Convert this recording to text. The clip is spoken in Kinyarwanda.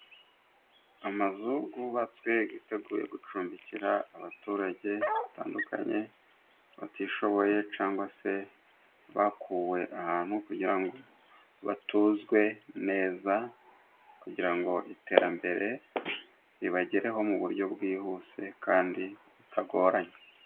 Amazu yubatswe yiteguye gucumbikira abaturage batandukanye, batishoboye cyangwa se bakuwe ahantu, kugira ngo batuzwe neza, kugira ngo iterambere ribagereho mu buryo bwihuse, kandi butagoranye.